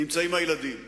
אדוני השר איתן.